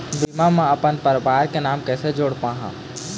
बीमा म अपन परवार के नाम कैसे जोड़ पाहां?